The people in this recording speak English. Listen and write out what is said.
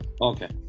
okay